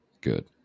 good